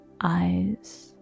eyes